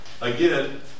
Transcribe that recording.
Again